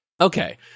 Okay